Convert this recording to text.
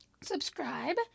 subscribe